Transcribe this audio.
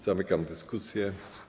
Zamykam dyskusję.